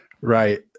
Right